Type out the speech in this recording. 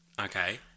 Okay